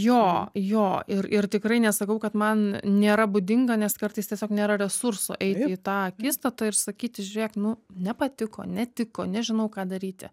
jo jo ir ir tikrai nesakau kad man nėra būdinga nes kartais tiesiog nėra resurso eiti į tą akistatą ir sakyti žiūrėk nu nepatiko netiko nežinau ką daryti